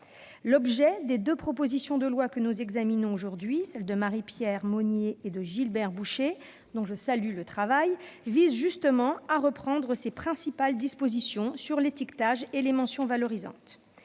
Les deux propositions de loi que nous examinons, celle de Marie-Pierre Monier et celle de Gilbert Bouchet, dont je salue le travail, ont justement pour objet de reprendre ces principales dispositions sur l'étiquetage et les mentions valorisantes.